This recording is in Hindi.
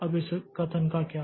अब इस कथन का क्या